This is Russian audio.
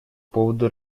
поводу